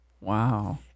Wow